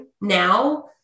Now